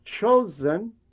chosen